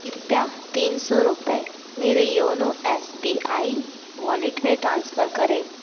कृपया तीन सौ रुपये मेरे YONO S B I wallet में ट्रांसफ़र करें